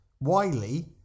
wiley